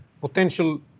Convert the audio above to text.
potential